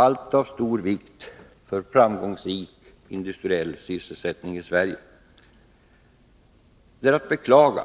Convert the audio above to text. Allt är av stor vikt för en framgångsrik industriell sysselsättning i Sverige. Det är att beklaga